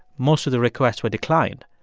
most of the requests were declined.